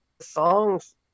songs